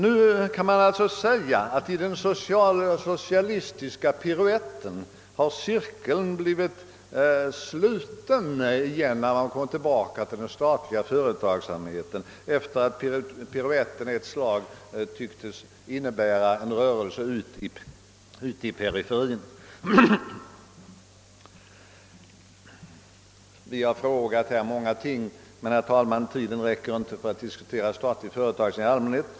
Man kan säga att cirkeln slutits i den socialistiska piruetten när socialdemokraterna nu kommit tillbaka till den statliga företagsamheten, detta efter att piruetten ett slag tycktes innebära en rörelse ut i periferin. Vi har frågat om många ting, men, herr talman, tiden räcker inte för att diskutera statlig företagsamhet i allmänhet. Bl.